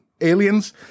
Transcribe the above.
aliens